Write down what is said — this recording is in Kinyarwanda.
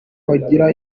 bagira